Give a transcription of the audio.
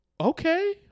Okay